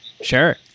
Sure